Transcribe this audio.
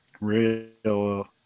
real